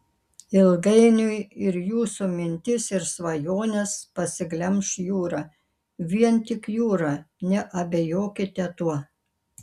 ilgainiui ir jūsų mintis ir svajones pasiglemš jūra vien tik jūra neabejokite tuo